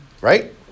Right